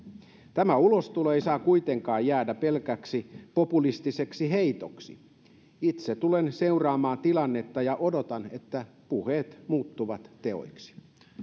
tämä ulostulo ei saa kuitenkaan jäädä pelkäksi populistiseksi heitoksi itse tulen seuraamaan tilannetta ja odotan että puheet muuttuvat teoiksi